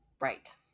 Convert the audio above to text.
right